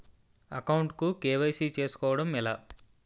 Account కు KYC చేసుకోవడం ఎలా?